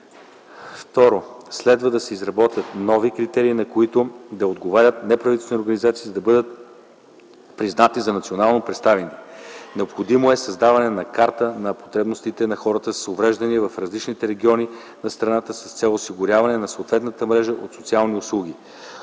2. Следва да се изработят нови критерии, на които да отговарят неправителствените организации, за да бъдат признати за национално представени. 3. Необходимо е създаване на карта на потребностите на хората с увреждания в различните региони на страната с цел осигуряване на съответната мрежа от социални услуги.